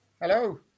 Hello